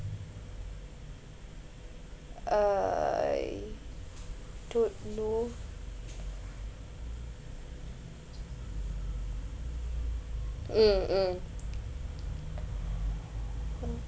uh I don't know mm mm